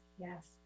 yes